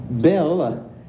Bill